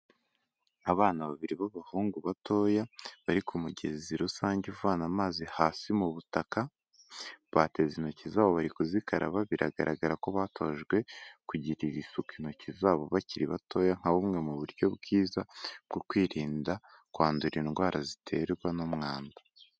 Abana babiri b'abahungu batoya, bari ku mugezi rusange uvana amazi hasi mu butaka, bateze intoki zabo bari kuzikaraba, biragaragara ko batojwe kugirira isuka intoki zabo bakiri batoya, nka bumwe mu buryo bwiza bwo kwirinda kwandura indwara ziterwa n'umwanda.